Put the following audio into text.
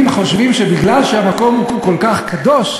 חושבים שמכיוון שהמקום הוא כל כך קדוש,